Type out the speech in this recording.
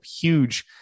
huge